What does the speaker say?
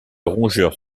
rongeur